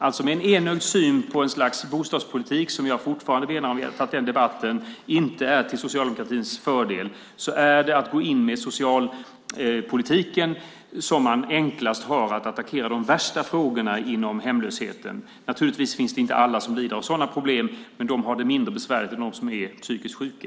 Alltså: Med en enögd syn på ett slags bostadspolitik som jag fortfarande menar inte är till socialdemokratins fördel, om vi ska ta den debatten, är det genom att gå in med socialpolitiken som man enklast kan attackera de värsta frågorna inom hemlösheten. Naturligtvis är det inte alla som lider av sådana problem, men de har det mindre besvärligt än de som är psykiskt sjuka.